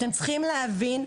אתם צריכים להבין,